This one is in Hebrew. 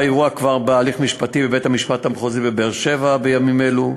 האירוע כבר בהליך משפטי בבית-המשפט המחוזי בבאר-שבע בימים אלו,